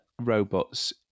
robots